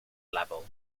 level